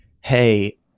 Hey